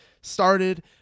started